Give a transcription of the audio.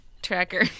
Tracker